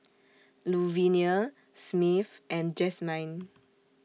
Luvenia Smith and Jazmyne